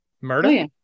murder